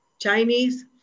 Chinese